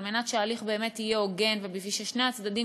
על מנת שההליך באמת יהיה הוגן וכדי ששני הצדדים